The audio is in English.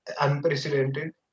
unprecedented